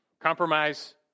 Compromise